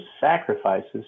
sacrifices